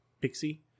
pixie